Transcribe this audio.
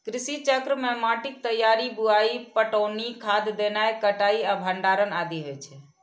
कृषि चक्र मे माटिक तैयारी, बुआई, पटौनी, खाद देनाय, कटाइ आ भंडारण आदि होइ छै